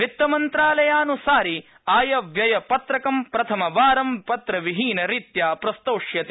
वित्तमन्त्रालयानुसारि आयव्ययपत्रकं प्रथमवारं पत्रविहीन रीत्या प्रस्तोष्यते